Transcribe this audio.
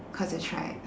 cause you tried